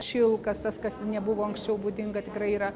šilkas tas kas nebuvo anksčiau būdinga tikrai yra